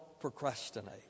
procrastinate